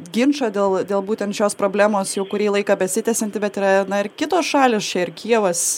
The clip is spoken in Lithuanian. ginčą dėl dėl būtent šios problemos jau kurį laiką besitęsianti bet yra na ir kitos šalys čia ir kijevas